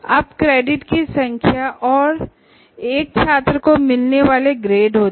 अब क्रेडिट की संख्या और एक छात्र को मिलने वाले ग्रेड होते है